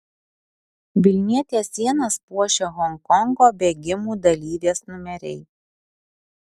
vilnietės sienas puošia honkongo bėgimų dalyvės numeriai